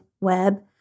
web